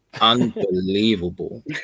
unbelievable